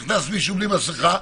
נכנס מישהו בלי מסכה,